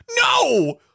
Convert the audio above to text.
No